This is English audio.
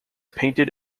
painted